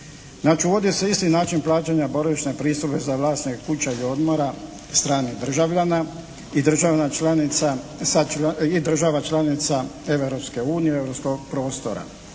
uvodi se isti način plaćanja boravišne pristojbe za vlasnike kuća odmora stranih državljana i država članica Europske